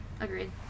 agreed